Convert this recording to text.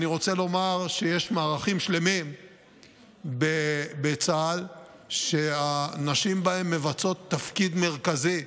אני רוצה לומר שיש מערכים שלמים בצה"ל שהנשים בהם מבצעות תפקיד מרכזי.